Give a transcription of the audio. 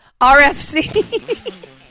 RFC